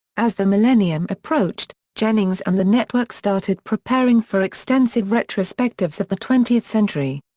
as the millennium approached, jennings and the network started preparing for extensive retrospectives of the twentieth century.